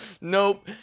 nope